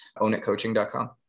ownitcoaching.com